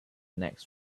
next